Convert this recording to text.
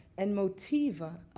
and motiva,